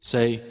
Say